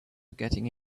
getting